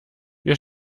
wir